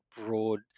broad